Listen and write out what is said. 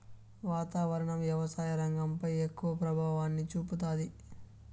వాతావరణం వ్యవసాయ రంగంపై ఎక్కువ ప్రభావాన్ని చూపుతాది